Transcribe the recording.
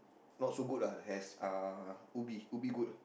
not so good lah as Ubi uh Ubi good ah